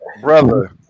brother